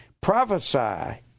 Prophesy